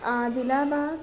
عادل آباد